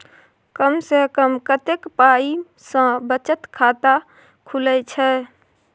कम से कम कत्ते पाई सं बचत खाता खुले छै?